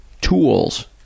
tools